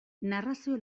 narrazio